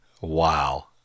Wow